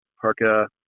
parka